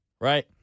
right